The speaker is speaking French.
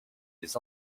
des